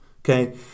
okay